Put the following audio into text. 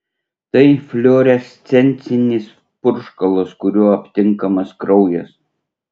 tai fluorescencinis purškalas kuriuo aptinkamas kraujas